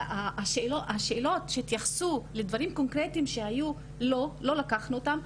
השאלות שהתייחסו לדברים קונקרטיים שהיו לא לקחנו אותן.